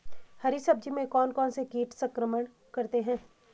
हरी सब्जी में कौन कौन से कीट संक्रमण करते हैं?